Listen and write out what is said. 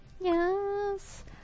Yes